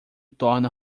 torna